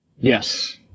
Yes